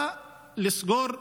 בא לסגור פערים,